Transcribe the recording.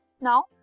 Now